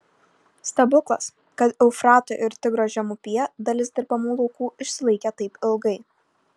stebuklas kad eufrato ir tigro žemupyje dalis dirbamų laukų išsilaikė taip ilgai